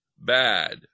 bad